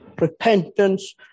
repentance